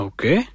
Okay